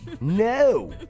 No